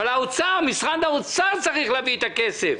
אבל משרד האוצר צריך להביא את הכסף.